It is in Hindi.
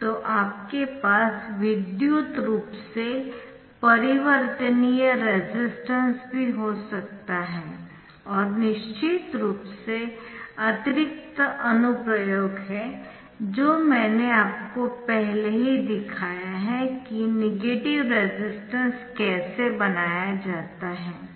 तो आपके पास विद्युत रूप से परिवर्तनीय रेसिस्टेंस भी हो सकता है और निश्चित रूप से अतिरिक्त अनुप्रयोग है जो मैंने आपको पहले ही दिखाया है कि नेगेटिव रेसिस्टेंस कैसे बनाया जाता है